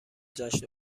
جشن